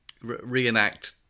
reenact